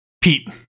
Pete